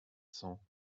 cents